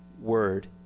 word